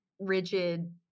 rigid